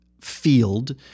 field